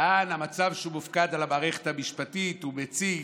הוא טען: המצב שהוא מופקד על המערכת המשפטית הוא מציק.